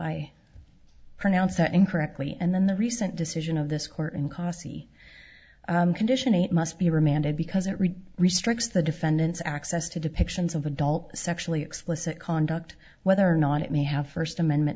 i pronounced that incorrectly and then the recent decision of this court in casi condition it must be remanded because it read restricts the defendant's access to depictions of adult sexually explicit conduct whether or not it may have first amendment